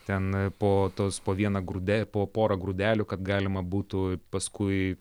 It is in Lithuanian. ten po tos po vieną grūde po porą grūdelių kad galima būtų paskui